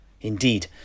Indeed